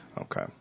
Okay